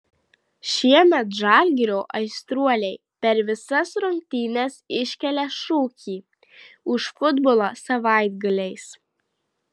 šiemet žalgirio aistruoliai per visas rungtynes iškelia šūkį už futbolą savaitgaliais